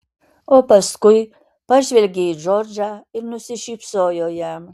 o paskui pažvelgė į džordžą ir nusišypsojo jam